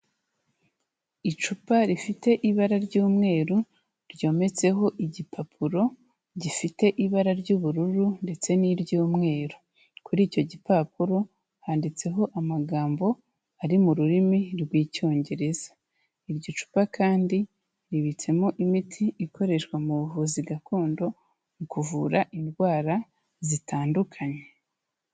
Icupa rifite ibara ry'umweru ryometseho igipapuro gifite ibara ry'ubururu ndetse n'iry'umweru, kuri icyo gipapuro handitseho amagambo ari mu rurimi rw'Icyongereza, iryo cupa kandi ribitsemo imiti ikoreshwa mu buvuzi gakondo, mu kuvura indwara zitandukanye.